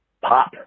pop